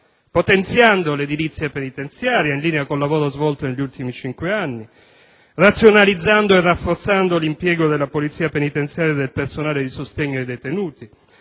potenziando l'edilizia penitenziaria, in linea con il lavoro svolto negli ultimi cinque anni; razionalizzando e rafforzando l'impiego della polizia penitenziaria e del personale di sostegno ai detenuti;